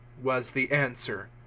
was the answer.